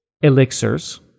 Elixirs